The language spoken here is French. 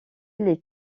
les